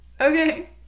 okay